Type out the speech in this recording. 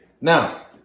Now